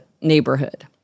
neighborhood